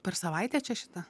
per savaitę čia šitą